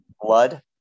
blood